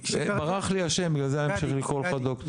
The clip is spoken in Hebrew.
ברח לי השם, בגלל זה אני ממשיך לקרוא לך דוקטור.